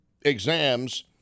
exams